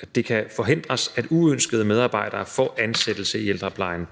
at det kan forhindres, at uønskede medarbejdere får ansættelse i ældreplejen.